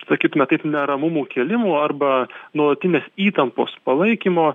sakytume taip neramumų kėlimų arba nuolatinės įtampos palaikymo